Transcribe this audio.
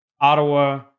Ottawa